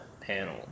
panel